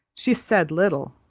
she said little,